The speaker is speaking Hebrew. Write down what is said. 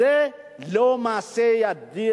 זה מעשה ידיה